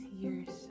years